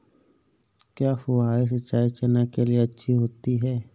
क्या फुहारी सिंचाई चना के लिए अच्छी होती है?